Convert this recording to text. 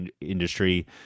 industry